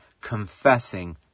confessing